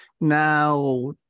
now